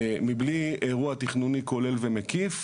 מבלי אירוע תכנוני כולל ומקיף